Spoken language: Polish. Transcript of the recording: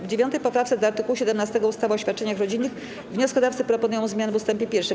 W 9. poprawce do art. 17 ustawy o świadczeniach rodzinnych wnioskodawcy proponują zmiany w ust. 1.